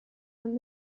and